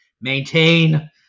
maintain